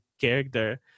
character